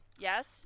Yes